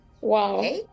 wow